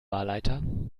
wahlleiter